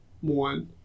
one